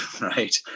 right